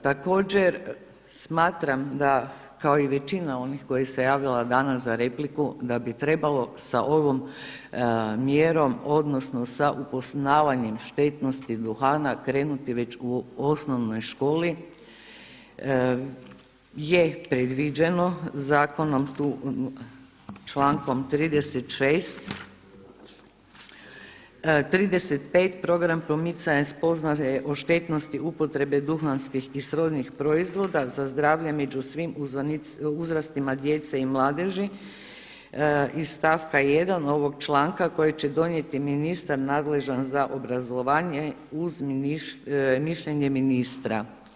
Također smatram da kao i većina onih koji se javila danas za repliku, da bi trebalo sa ovom mjerom odnosno sa upoznavanjem štetnosti duhana krenuti već u osnovnoj školi, je predviđeno tu člankom 35. program promicanja spoznaje o štetnosti upotrebe duhanskih i srodnih proizvoda za zdravlje među svim uzrastima djece i mladeži i stavka 1. ovog članka koji će donijeti ministar nadležan za obrazovanje uz mišljenje ministra.